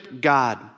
God